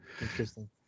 Interesting